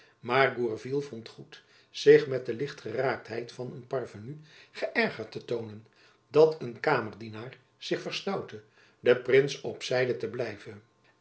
maar gourville vond goed zich met de lichtgeraaktheid van een parvenu geërgerd te toonen dat een kamerdienaar zich verstoutte den prins op zijde te blijven